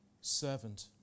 servant